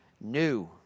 New